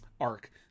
arc